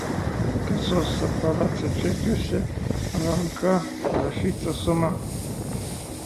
kasos aparatų čekiuose ranka rašyta suma